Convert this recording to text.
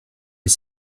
est